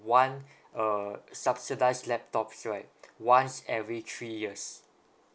one uh subsidised laptop right once every three years